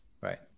Right